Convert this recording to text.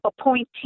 appointee